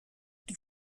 die